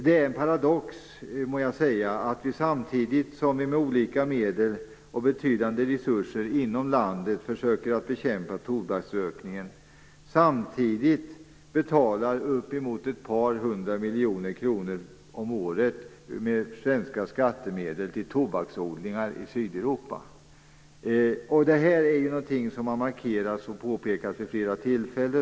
Det är en paradox må jag säga att vi samtidigt som vi med olika medel och betydande resurser inom landet försöker bekämpa tobaksrökningen betalar uppemot ett par hundra miljoner kronor om året med svenska skattemedel till tobaksodlingar i Sydeuropa. Det här är ju någonting som har markerats och påpekats vid flera tillfällen.